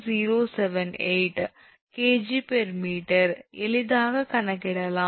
078 𝐾𝑔𝑚 எளிதாக கணக்கிடலாம்